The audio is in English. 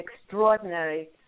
extraordinary